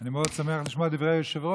אני מאוד שמח לשמוע את דברי היושב-ראש.